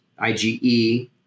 IgE